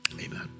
amen